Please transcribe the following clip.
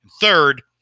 Third